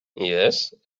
yes